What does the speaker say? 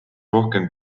rohkem